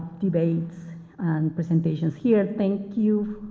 debates and presentations here. thank you,